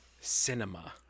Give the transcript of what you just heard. cinema